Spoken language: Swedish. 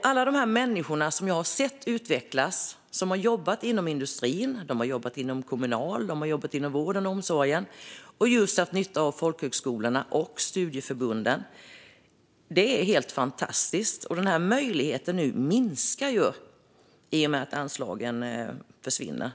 Alla de människor som jag har sett utvecklas och som har jobbat inom industrin, inom kommunal verksamhet och inom vård och omsorg har haft nytta av folkhögskolorna och studieförbunden. Det är helt fantastiskt. Men den här möjligheten minskar nu i och med att anslagen delvis försvinner.